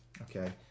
Okay